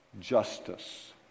Justice